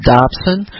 Dobson